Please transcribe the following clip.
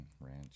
Ranch